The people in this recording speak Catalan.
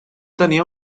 tenia